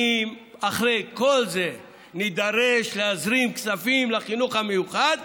אם אחרי כל זה נידרש להזרים כספים לחינוך המיוחד,